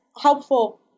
helpful